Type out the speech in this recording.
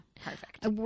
Perfect